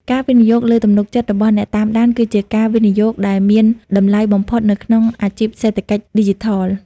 ការវិនិយោគលើទំនុកចិត្តរបស់អ្នកតាមដាន គឺជាការវិនិយោគដែលមានតម្លៃបំផុតនៅក្នុងអាជីពសេដ្ឋកិច្ចឌីជីថល។